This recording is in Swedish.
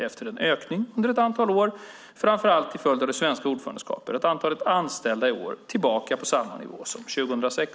Efter en ökning under ett antal år, framför allt till följd av det svenska ordförandeskapet, är antalet anställda i år tillbaka på samma nivå som 2006.